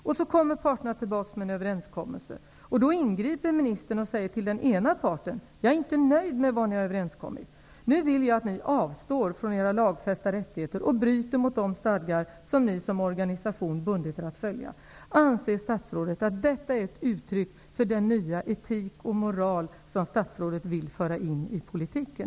Sedan kommer parterna tillbaks med en överenskommelse, men då ingriper ministern och säger till den ena parten: Jag är inte nöjd med det som ni har överenskommit. Jag vill nu att ni avstår från era lagfästa rättigheter och bryter mot de stadgar som ni som organisationen har bundit er för att följa. Anser statsrådet att detta är ett uttryck för den nya etik och moral som statsrådet vill föra in i politiken?